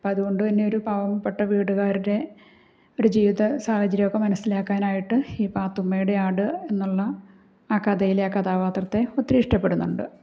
അപ്പം അതുകൊണ്ട് തന്നെ ഒരു പാവപ്പെട്ട വീടുകാരനെ ഒരു ജീവിത സാഹചര്യമൊക്കെ മനസ്സിലാക്കാനായിട്ട് ഈ പാത്തുമ്മയുടെ ആട് എന്നുള്ള ആ കഥയിലെ ആ കഥാപാത്രത്തെ ഒത്തിരി ഇഷ്ടപ്പെടുന്നുണ്ട്